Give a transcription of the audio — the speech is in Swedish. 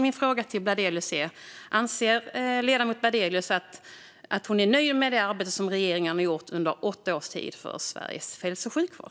Min fråga är: Är ledamoten Bladelius nöjd med det arbete som regeringen har gjort under åtta års tid för Sveriges hälso och sjukvård?